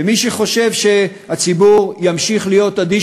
ומי שחושב שהציבור ימשיך להיות אדיש,